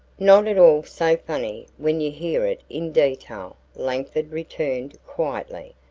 not at all so funny when you hear it in detail, langford returned quietly.